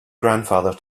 grandfather